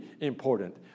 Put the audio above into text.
important